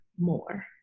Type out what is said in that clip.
more